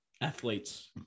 athletes